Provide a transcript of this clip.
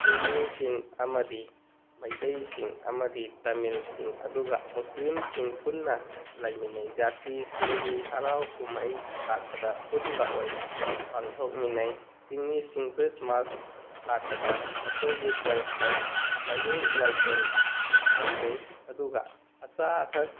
ꯆꯤꯡ ꯃꯤꯁꯤꯡ ꯑꯃꯗꯤ ꯃꯩꯇꯩꯁꯤꯡ ꯑꯃꯗꯤ ꯇꯥꯃꯤꯜꯁꯤꯡ ꯑꯗꯨꯒ ꯃꯨꯁꯂꯤꯝꯁꯤꯡ ꯄꯨꯟꯅ ꯂꯩꯃꯤꯟꯅꯩ ꯖꯥꯇꯤꯁꯤꯡꯒꯤ ꯍꯔꯥꯎ ꯀꯨꯝꯍꯩ ꯂꯥꯛꯄꯗ ꯑꯄꯨꯟꯕ ꯑꯣꯏꯅ ꯄꯥꯡꯊꯣꯛ ꯃꯤꯟꯅꯩ ꯆꯤꯡ ꯃꯤꯁꯤꯡ ꯈ꯭ꯔꯤꯁꯃꯥꯁ ꯂꯥꯛꯄꯗ ꯃꯈꯣꯏꯒꯤ ꯆꯔꯁꯇ ꯂꯥꯏꯅꯤꯡ ꯂꯥꯏꯁꯣꯜ ꯇꯧꯖꯩ ꯑꯗꯨꯒ ꯑꯆꯥ ꯑꯊꯛ